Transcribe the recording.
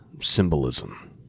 symbolism